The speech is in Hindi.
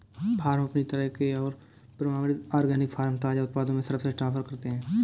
फ़ार्म अपनी तरह के और प्रमाणित ऑर्गेनिक फ़ार्म ताज़ा उत्पादों में सर्वश्रेष्ठ ऑफ़र करते है